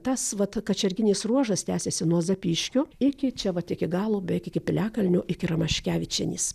tas vat kačerginės ruožas tęsiasi nuo zapyškio iki čia vat iki galo beveik iki piliakalnio iki ramaškevičienės